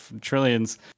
trillions